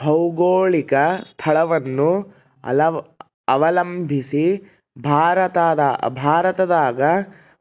ಭೌಗೋಳಿಕ ಸ್ಥಳವನ್ನು ಅವಲಂಬಿಸಿ ಭಾರತದಾಗ